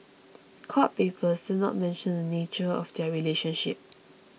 court papers did not mention the nature of their relationship